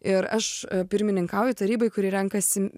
ir aš pirmininkauju tarybai kuri renkasi